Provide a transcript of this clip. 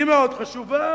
היא מאוד חשובה,